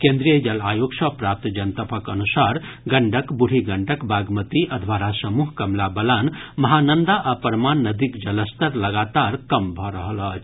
केंद्रीय जल आयोग सँ प्राप्त जनतबक अनुसार गंडक बूढ़ी गंडक बागमती अधवारा समूह कमला बलान महानंदा आ परमान नदीक जलस्तर लगातार कम भऽ रहल अछि